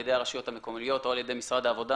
ידי הרשויות המקומיות או על ידי משרד העבודה,